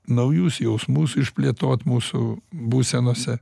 naujus jausmus išplėtot mūsų būsenose